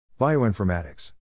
bioinformatics